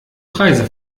preise